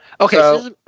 Okay